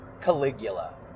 Caligula